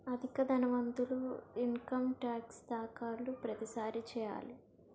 అధిక ధనవంతులు income tax దాఖలు ప్రతిసారి చేయాలి